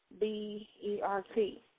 B-E-R-T